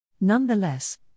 Nonetheless